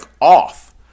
off